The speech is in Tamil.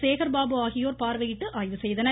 சேகர் பாபு ஆகியோர் பார்வையிட்டு ஆய்வு செய்தனர்